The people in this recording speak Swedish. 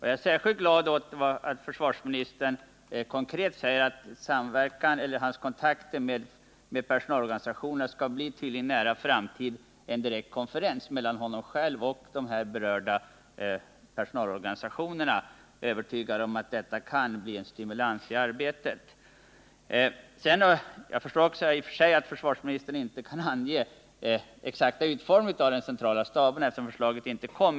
Jag är särskilt glad över att försvarsministern i en nära framtid skall ha en direkt konferens med de berörda personalorganisationerna. Jag är övertygad om att det kan bli en stimulans i arbetet. Jag förstår att försvarsministern inte kan ange den exakta utformningen av de centrala staberna, eftersom förslaget ännu inte kommit.